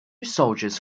soldiers